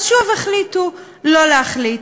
אז שוב החליטו לא להחליט.